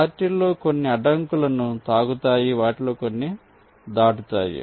వాటిలో కొన్ని అడ్డంకులను తాకుతాయి వాటిలో కొన్ని దాటుతాయి